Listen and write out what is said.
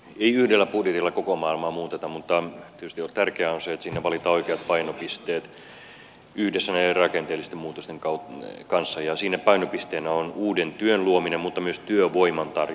ei yhdellä budjetilla koko maailmaa muuteta mutta tietysti tärkeää on se että sinne valitaan oikeat painopisteet yhdessä näiden rakenteellisten muutosten kanssa ja siinä painopisteenä on uuden työn luominen mutta myös työvoiman tarjoaminen